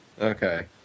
okay